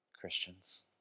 Christians